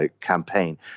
campaign